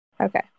okay